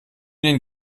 den